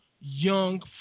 young